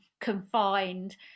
confined